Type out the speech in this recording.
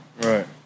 Right